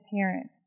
parents